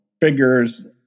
figures